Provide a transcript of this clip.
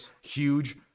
huge